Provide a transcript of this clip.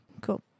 Cool